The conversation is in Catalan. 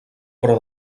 però